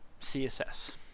CSS